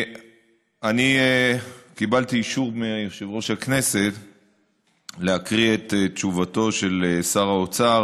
אני קיבלתי אישור מיושב-ראש הכנסת להקריא את תשובתו של שר האוצר